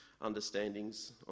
understandings